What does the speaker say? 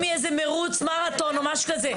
ממרוץ מרתון וכדומה.